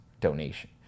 donation